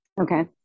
okay